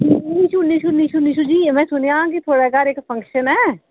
निशु निशु निशु निशु जी में सुनेआ कि थोआड़े घर इक फंक्शन ऐ